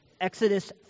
Exodus